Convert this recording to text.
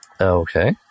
Okay